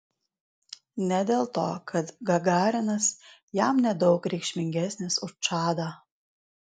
ne dėl to kad gagarinas jam nedaug reikšmingesnis už čadą